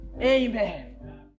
Amen